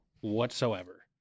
whatsoever